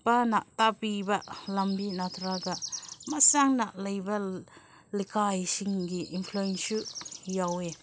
ꯏꯄꯥꯅ ꯇꯥꯛꯄꯤꯕ ꯂꯝꯕꯤ ꯅꯠꯇ꯭ꯔꯒ ꯃꯁꯥꯅ ꯂꯩꯕ ꯂꯩꯀꯥꯏꯁꯤꯡꯒꯤ ꯏꯟꯐ꯭ꯂꯨꯋꯦꯟꯁꯨ ꯌꯥꯎꯋꯦ